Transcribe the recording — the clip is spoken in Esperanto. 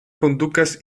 kondukas